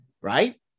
Right